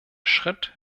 schritt